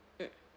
mm